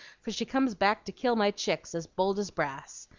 for she comes back to kill my chicks as bold as brass.